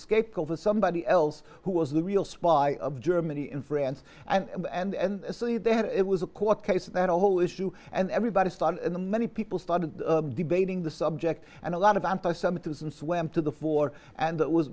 scapegoat for somebody else who was the real spy of germany and france and they had it was a court case and a whole issue and everybody started the many people started debating the subject and a lot of anti semitism swam to the fore and that was